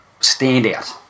standout